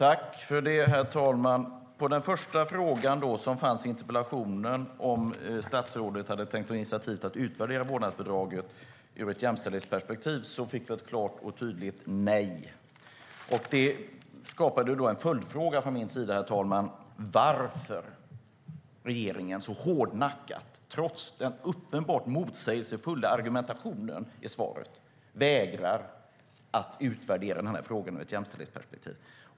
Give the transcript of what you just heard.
Herr talman! På den första frågan i interpellationen, om statsrådet hade tänkt ta initiativ till att utvärdera vårdnadsbidraget ur ett jämställdhetsperspektiv, fick vi ett klart och tydigt nej. Det leder då till en följdfråga från min sida: Varför vägrar regeringen så hårdnackat - trots den uppenbart motsägelsefulla argumentationen i svaret - att utvärdera den här frågan ur jämställdhetsperspektiv?